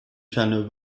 channel